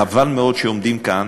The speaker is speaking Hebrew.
חבל מאוד שעומדים כאן